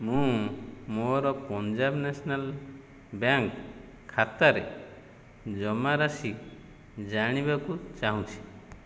ମୁଁ ମୋର Punjab national bank ଖାତାରେ ଜମା ରାଶି ଜାଣିବାକୁ ଚାହୁଁଛି